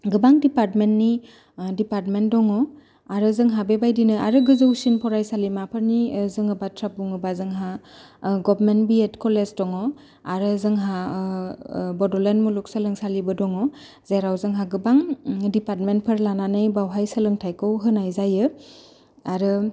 गोबां दिपार्टमेन्टनि दिपारटमेन्ट दङ आरो जोंहा बेबादिनो आरो गोजौसिन फरायसालिमाफोरनि जोंङो बाथ्रा बुङोब्ला जोंहा गभमेन्ट बि एद कलेज दङ आरो जोंहा बड'लेण्ड मुलुगसोलोंसालिबो दङ जेराव जोंहा गोबां दिपार्टमेन्टफोर लानानै बावहाय सोलोंथायखौ होनाय जायो आरो